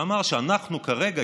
והוא אמר שאנחנו כרגע,